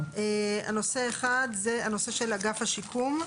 נושא אחד זה הנושא של אגף השיקום,